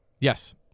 Yes